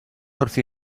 wrthi